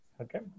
Okay